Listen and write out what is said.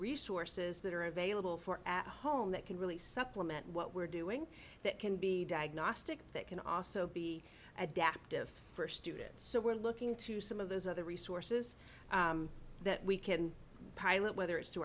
resources that are available for at home that can really supplement what we're doing that can be diagnostic that can also be adaptive for students so we're looking to some of those other resources that we can pilot whether it's through